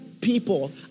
people